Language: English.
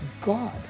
God